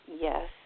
yes